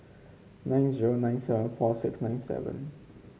nine zero nine seven four six nine seven